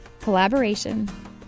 collaboration